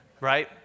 right